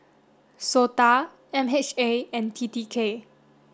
SOTA M H A and T T K